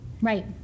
right